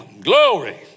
glory